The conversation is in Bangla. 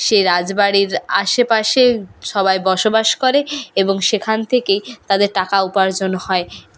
সেই রাজবাড়ির আশেপাশে সবাই বসবাস করে এবং সেখান থেকেই তাদের টাকা উপার্জন হয়